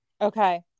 okay